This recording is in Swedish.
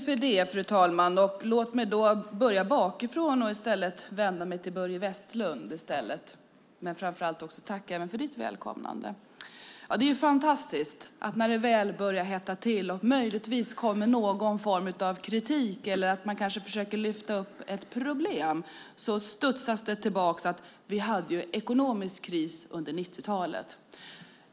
Fru talman! Låt mig börja bakifrån och vända mig till Börje Vestlund. Jag vill först av allt tacka även för ditt välkomnande. Det är fantastiskt att när det väl börjar hetta till och möjligtvis kommer någon form av kritik eller att man kanske försöker lyfta upp ett problem studsas det tillbaka att vi hade en ekonomisk kris under 1990-talet.